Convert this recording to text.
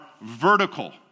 vertical